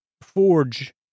Forge